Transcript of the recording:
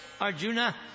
Arjuna